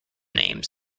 names